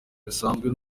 bisanzwe